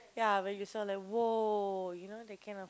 ya when you sound like !wow! you know that kind of